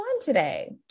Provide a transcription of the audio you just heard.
today